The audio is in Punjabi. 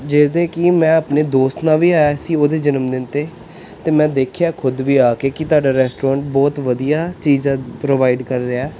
ਜਿਸਦੇ ਕਿ ਮੈਂ ਆਪਣੇ ਦੋਸਤ ਨਾਲ ਵੀ ਆਇਆ ਸੀ ਉਹਦੇ ਜਨਮਦਿਨ 'ਤੇ ਅਤੇ ਮੈਂ ਦੇਖਿਆ ਖੁਦ ਵੀ ਆ ਕੇ ਕਿ ਤੁਹਾਡਾ ਰੈਸਟੋਰੈਂਟ ਬਹੁਤ ਵਧੀਆ ਚੀਜ਼ਾਂ ਪ੍ਰੋਵਾਈਡ ਕਰ ਰਿਹਾ